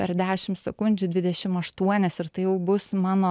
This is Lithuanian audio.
per dešim sekundžių dvidešim aštuonias ir tai jau bus mano